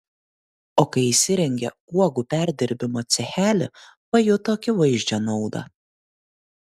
o kai įsirengė uogų perdirbimo cechelį pajuto akivaizdžią naudą